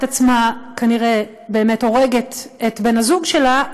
עצמה כנראה באמת הורגת את בן הזוג שלה,